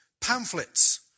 pamphlets